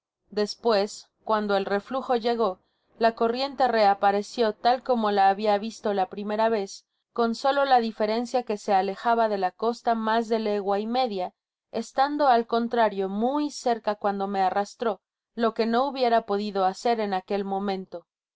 despues cuando el reflujo llegó la corriente reapareció tal como la habia visto la primera vez con solo la diferencia que se alejaba de la costa mas de legua y media estando al contrario muy cerca cuando me arrastró lo que no hubiera podido hacer en aquel momento